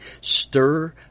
Stir